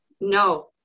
no